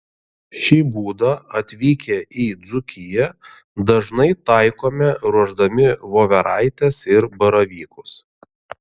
šį būdą atvykę į dzūkiją dažnai taikome ruošdami voveraites ir baravykus